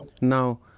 Now